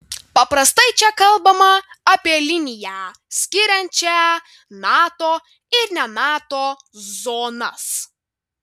paprastai čia kalbama apie liniją skiriančią nato ir ne nato zonas